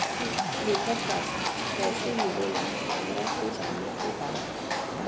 येकर पैसा कैसे मिलेला हमरा के जाने के बा?